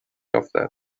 افتد